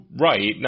right